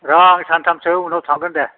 र' आं सानथामसो उनाव थांगोन दे